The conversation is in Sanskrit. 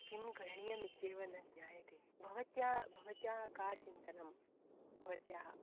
किं करणीयमित्येव न ज्ञायते भवत्याः भवत्याः का चिन्तनं भवत्याः